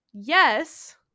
yes